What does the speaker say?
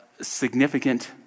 significant